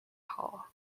hall